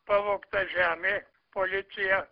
pavogta žemė policija